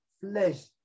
flesh